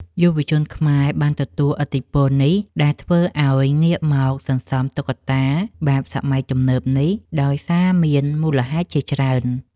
យុវជនខ្មែរបានទទួលឥទ្ធិពលនេះ ដែលធ្វើឱ្យងាកមកសន្សំតុក្កតាបែបសម័យទំនើបនេះ ដោយសារមានមូលហេតុជាច្រើន។